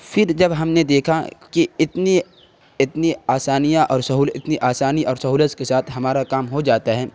پھر جب ہم نے دیکھا کہ اتنی اتنی آسانیاں اور اتنی آسانی اور سہولت کے ساتھ ہمارا کام ہو جاتا ہے